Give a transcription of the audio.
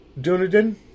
Dunedin